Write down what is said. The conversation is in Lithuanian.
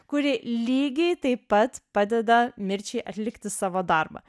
kuri lygiai taip pat padeda mirčiai atlikti savo darbą